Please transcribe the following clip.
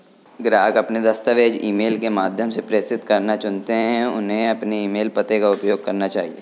ग्राहक अपने दस्तावेज़ ईमेल के माध्यम से प्रेषित करना चुनते है, उन्हें अपने ईमेल पते का उपयोग करना चाहिए